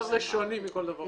זה יותר לשוני מכל דבר.